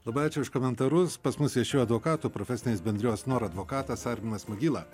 labai ačiū už komentarus pas mus viešėjo advokatų profesinės bendrijos nor advokatas arminas magyla